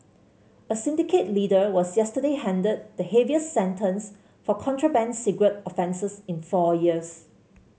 a syndicate leader was yesterday handed the heaviest sentence for contraband cigarette offences in four years